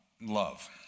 love